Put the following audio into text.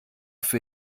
für